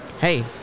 hey